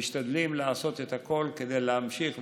משתדלים לעשות את הכול כדי להמשיך ולהגדיל,